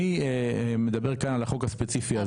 אני מדבר כאן על החוק הספציפי הזה.